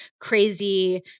crazy